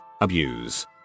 abuse